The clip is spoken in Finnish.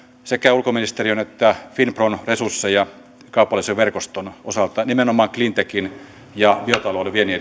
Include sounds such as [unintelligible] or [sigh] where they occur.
sekä ulkoministeriön että finpron resursseja kaupallisen verkoston osalta nimenomaan cleantechin ja biotalouden viennin [unintelligible]